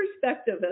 perspective